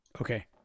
Okay